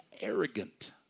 arrogant